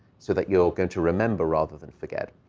so that you're going to remember rather than forget.